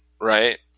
right